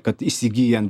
kad įsigyjan